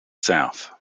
south